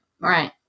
Right